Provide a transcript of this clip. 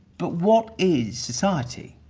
but what is society,